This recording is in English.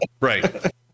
right